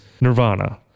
Nirvana